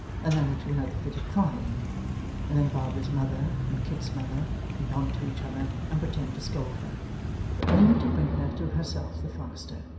and then into another fit of crying and then barbara's mother and kit's mother nod to each other and pretend to scold her but only to bring her to herself the faster,